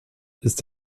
ist